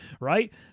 right